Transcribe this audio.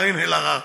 קארין אלהרר.